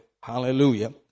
Hallelujah